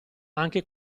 anche